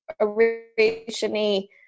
originally